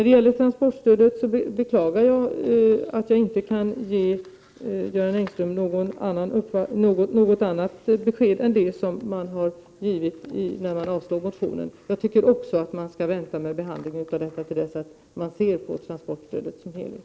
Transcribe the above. Beträffande transportstödet beklagar jag att jag inte kan ge Göran Engström något annat besked än det som har getts i samband med att motionen i fråga avslogs. Jag tycker också att man skall vänta med behandlingen i det avseendet till dess att man kan beakta transportstödet i dess helhet.